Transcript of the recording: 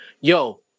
Yo